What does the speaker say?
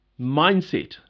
mindset